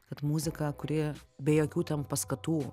kad muzika kuri be jokių ten paskatų